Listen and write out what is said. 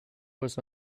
was